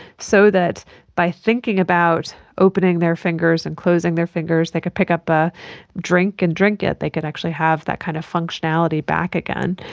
so that by thinking about opening their fingers and closing their fingers they could pick up a drink and drink it, they could actually have that kind of functionality back again.